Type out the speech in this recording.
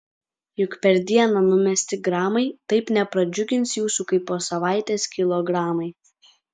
juk per dieną numesti gramai taip nepradžiugins jūsų kaip po savaitės kilogramai